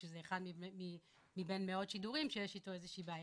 שזה אחד מבין מאות שידורים שיש איתו איזו שהיא בעיה.